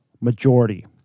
majority